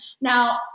now